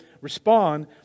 respond